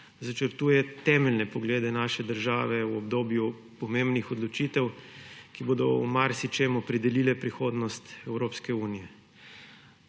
začrtuje temeljne poglede naše države v obdobju pomembnih odločitev, ki bodo v marsičem delile prihodnost Evropske unije.